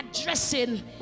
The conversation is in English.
addressing